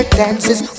dances